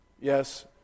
Yes